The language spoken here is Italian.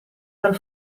dal